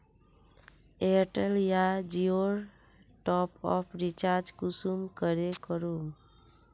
Airtel या जियोर top up recharge कुंसम करे करूम?